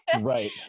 Right